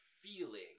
feeling